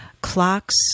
Clocks